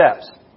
steps